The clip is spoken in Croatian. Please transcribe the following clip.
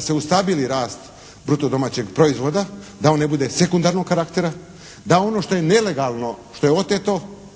se ustabili rast protu domaćeg proizvoda, da on ne bude sekundarnog karaktera, da ono što je nelegalno, što je oteto,